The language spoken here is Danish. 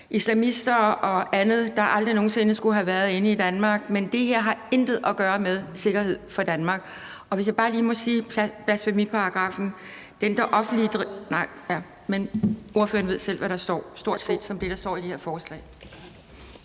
islamister og andet, der aldrig nogen sinde skulle have været ind i Danmark, men det her har intet at gøre med sikkerhed for Danmark. Hvis jeg bare lige må sige noget mere om blasfemiparagraffen. Den, der offentligt ... nej, ordføreren ved selv, hvad der står, og det er stort set det samme som det, der står i det her forslag.